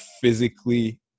physically